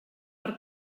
per